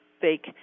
fake